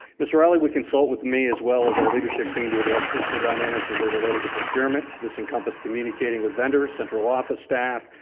miss riley would consult with me as well as our leadership team to address physical dynamics as they related to procurement. this encompassed communicating with vendors, central office staff,